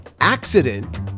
accident